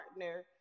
partner